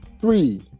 Three